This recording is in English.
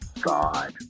God